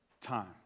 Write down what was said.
time